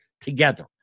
together